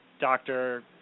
doctor